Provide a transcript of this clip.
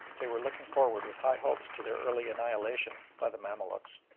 they were looking forward with high hopes to their early annihilation by the mamaluks.